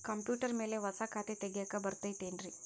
Computer ಮ್ಯಾಲೆ ಹೊಸಾ ಖಾತೆ ತಗ್ಯಾಕ್ ಬರತೈತಿ ಏನ್ರಿ?